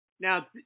Now